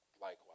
likewise